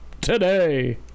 today